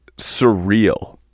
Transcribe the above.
Surreal